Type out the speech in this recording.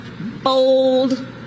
bold